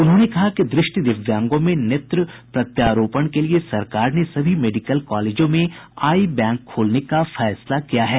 उन्होंने कहा कि दृष्टि दिव्यांगों में नेत्र प्रत्यारोपण के लिए सरकार ने सभी मेडिकल कॉलेजों में आई बैंक खोलने का फैसला किया है